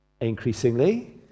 increasingly